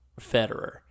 Federer